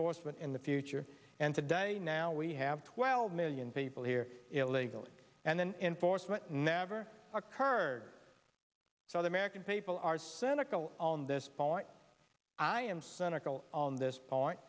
enforcement in the future and today now we have twelve million people here illegally and then enforcement never occurred so the american people are cynical on this point i am cynical on this point